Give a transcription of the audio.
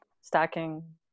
stacking